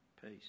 peace